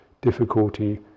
difficulty